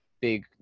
big